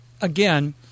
again